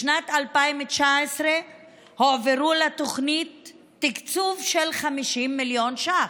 בשנת 2019 הועבר לתוכנית תקצוב של 50 מיליון ש"ח.